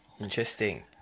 Interesting